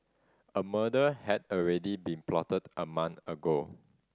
a murder had already been plotted a month ago